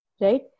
right